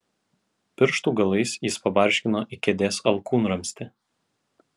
pirštų galais jis pabarškino į kėdės alkūnramstį